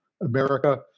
America